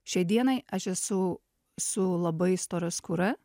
šiai dienai aš esu su labai stora skūra